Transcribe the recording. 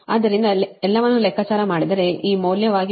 ಆದ್ದರಿಂದ ಎಲ್ಲವನ್ನೂ ಲೆಕ್ಕಾಚಾರ ಮಾಡಿದರೆ ಅದು ಈ ಮೌಲ್ಯವಾಗಿ ಪರಿಣಮಿಸುತ್ತದೆ 4